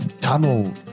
tunnel